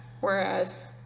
Whereas